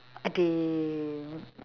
ah dey